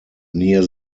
near